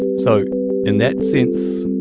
so in that sense,